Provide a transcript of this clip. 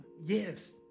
yes